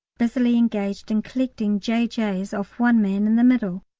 busily engaged in collecting j j s off one man in the middle,